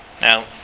Now